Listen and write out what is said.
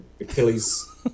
Achilles